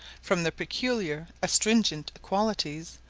from their peculiar astringent qualities,